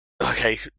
Okay